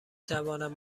توانم